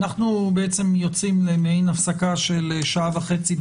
אנחנו יוצאים למעין הפסקה של שעה וחצי,